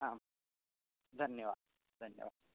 आं धन्यवादः धन्यवादः